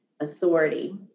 authority